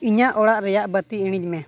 ᱤᱧᱟᱹᱜ ᱚᱲᱟᱜ ᱨᱮᱱᱟᱜ ᱵᱟᱹᱛᱤ ᱤᱬᱤᱡᱽᱢᱮ